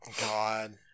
god